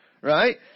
right